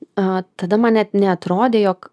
a tada man net neatrodė jog